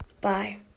Bye